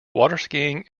waterskiing